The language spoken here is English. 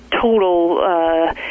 total –